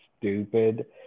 stupid